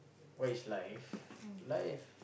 what is life life